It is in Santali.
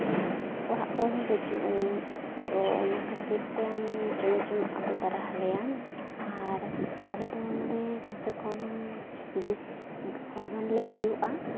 ᱚᱲᱟᱜ ᱠᱚᱦᱚᱸ ᱵᱟᱹᱪᱩᱜ ᱟᱹᱱᱤᱡ ᱛᱚ ᱚᱱᱟ ᱠᱷᱟᱹᱛᱤᱨ ᱛᱮ ᱟᱢ ᱪᱟᱢᱚᱪᱮᱢ ᱟᱹᱜᱩ ᱛᱚᱨᱟ ᱟᱞᱮᱭᱟᱢ ᱟᱨ ᱟᱞᱮ ᱫᱚ ᱱᱚᱰᱮ ᱠᱚᱢ ᱥᱮ ᱠᱚᱢ ᱵᱤᱥ ᱦᱚᱲ ᱜᱟᱱ ᱞᱮ ᱦᱩᱭᱩᱜᱼᱟ